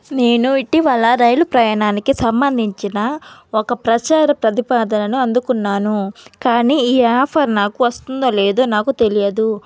నేను ఇటీవల రైలు ప్రయాణానికి సంబంధించిన ఒక ప్రచార ప్రతిపాదనను అందుకున్నాను కానీ ఈ ఆఫర్ నాకు వస్తుందో లేదో నాకు తెలియదు